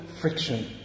friction